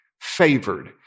favored